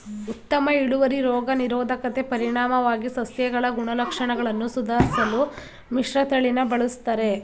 ಉತ್ತಮ ಇಳುವರಿ ರೋಗ ನಿರೋಧಕತೆ ಪರಿಣಾಮವಾಗಿ ಸಸ್ಯಗಳ ಗುಣಲಕ್ಷಣಗಳನ್ನು ಸುಧಾರ್ಸಲು ಮಿಶ್ರತಳಿನ ಬಳುಸ್ತರೆ